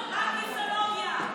רק כיסאולוגיה.